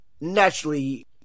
Naturally